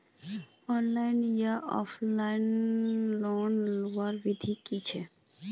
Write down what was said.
Online या offline loan लुबार विधि की छे?